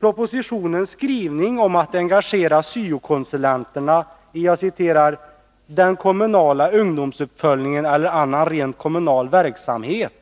Propositionens skrivning om att engagera syo-konsulenterna i ”den kommunala ungdomsuppföljningen eller annan rent kommunal verksamhet”